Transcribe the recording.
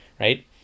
right